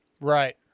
right